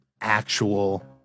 actual